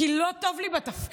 כי לא טוב לי בתפקיד?